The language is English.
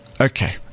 Okay